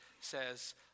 says